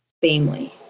family